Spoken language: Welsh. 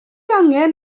angen